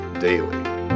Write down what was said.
Daily